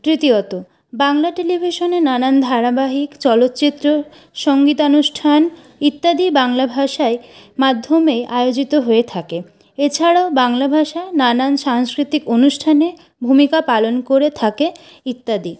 তৃতীয়ত বাংলা টেলিভিশনে নানান ধারাবাহিক চলচ্চিত্র সঙ্গীতানুষ্ঠান ইত্যাদি বাংলা ভাষায় মাধ্যমে আয়োজিত হয়ে থাকে এছাড়াও বাংলা ভাষা নানান সাংস্কৃতিক অনুষ্ঠানে ভূমিকা পালন করে থাকে ইত্যাদি